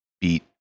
beat